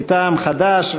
מטעם חד"ש,